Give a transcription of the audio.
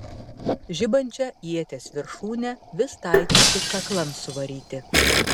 žibančią ieties viršūnę vis taikėsi kaklan suvaryti